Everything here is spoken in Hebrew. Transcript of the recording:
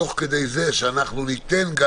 תוך כדי הגמישות שאנחנו ניתן.